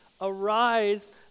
Arise